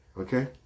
Okay